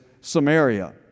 Samaria